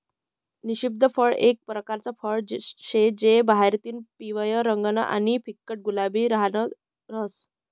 निषिद्ध फळ एक परकारनं फळ शे जे बाहेरतीन पिवयं रंगनं आणि फिक्कट गुलाबी रंगनं रहास